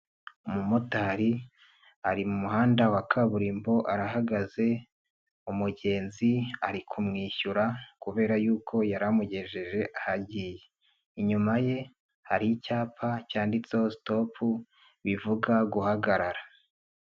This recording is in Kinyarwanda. Umumotari ari mu muhanda wa kaburimbo arahagaze, umugenzi ari kumwishyura kubera yuko yari amugejeje aho agiye, inyuma ye hari icyapa cyanditseho sitopu, bivuga guhagarara.